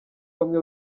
bamwe